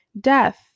death